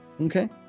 Okay